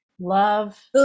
love